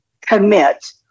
commit